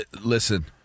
listen